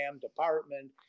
department